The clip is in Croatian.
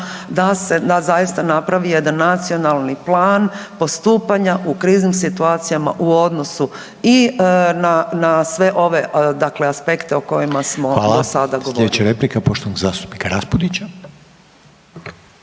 da se zaista napravi jedan nacionalni plan postupanja u kriznim situacijama u odnosu i na sve ove dakle aspekte o kojima smo do sada govorili. **Reiner, Željko (HDZ)** Hvala. Sljedeća replika poštovanog zastupnika